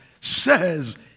says